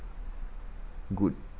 good